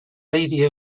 lady